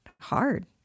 hard